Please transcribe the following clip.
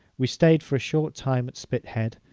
we stayed for a short time at spithead,